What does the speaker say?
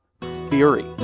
theory